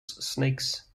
snakes